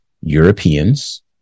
europeans